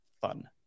fun